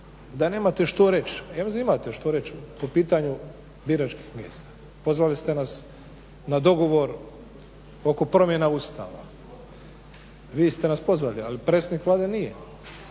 da nemate što reći, ja mislim da imate što reći po pitanju biračkih mjesta. Pozvali ste nas na dogovor oko promjena Ustava, vi ste nas pozvali ali predsjednik Vlade nije,